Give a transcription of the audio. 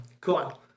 Cool